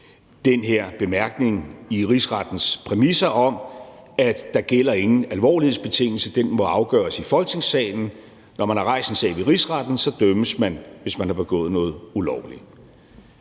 af den bemærkning i Rigsrettens præmisser om, at der ingen alvorlighedsbetingelse gælder; den må afgøres i Folketingssalen. Når man har rejst en sag ved Rigsretten, dømmes man, hvis man har begået noget ulovligt.